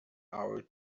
hour